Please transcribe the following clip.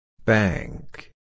Bank